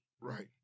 right